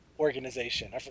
Organization